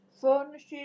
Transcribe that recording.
furniture